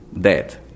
death